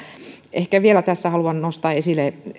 ehkä vielä tässä haluan nostaa esille